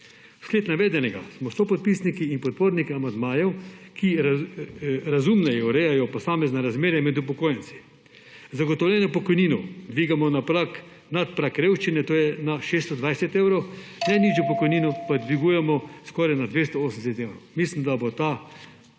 Vsled navedenega smo sopodpisniki in podporniki amandmajev, ki razumneje urejajo posamezna razmerja med upokojenci. Zagotovljeno pokojnino dvigamo nad prag revščine, to je na 620 evrov, najnižjo pokojnino pa dvigujemo skoraj na 280 evrov. Mislim, da bo ta